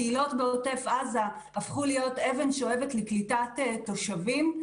הקהילות בעוטף עזה הפכו להיות אבן שואבת לקליטת תושבים.